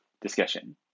discussion